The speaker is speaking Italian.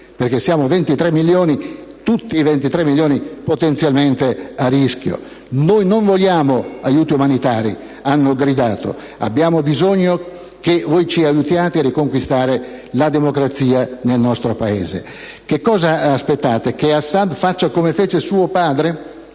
Perché siamo 23 milioni, tutti potenzialmente a rischio». «Non vogliamo aiuti umanitari» - hanno gridato - «abbiamo bisogno che ci aiutate a riconquistare la democrazia nel nostro Paese. Che cosa aspettate, che Assad faccia come fece suo padre